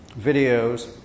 videos